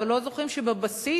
אבל לא זוכרים שבבסיס